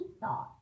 thought